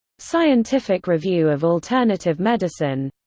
scientific review of alternative medicine